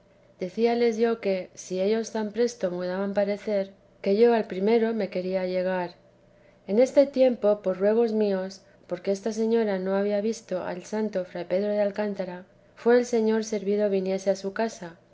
decíales yo que si ellos ten presto mudaban parecer que yo al primero me quería llegar en este tiempo por ruegos míos porque esta señora no había visto al santo fray pedro de alcántara fué el señor servido viniese a su casa